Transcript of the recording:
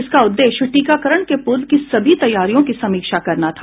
इसका उद्देश्य टीकाकरण के पूर्व की सभी तैयारियों की समीक्षा करना था